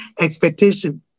expectation